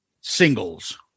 singles